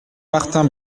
martin